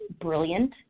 brilliant